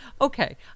okay